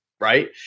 right